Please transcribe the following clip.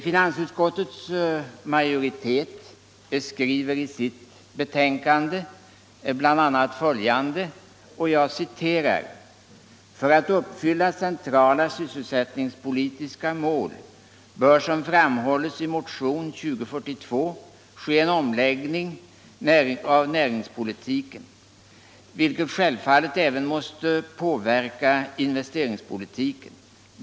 Finansutskottets majoritet skriver i sitt betänkande bl.a. följande: ”För att uppfylla centrala sysselsättningspolitiska mål bör — som framhålls i motionen 2042 — ske en omläggning av näringspolitiken, vilket självfallet även måste påverka investeringspolitiken.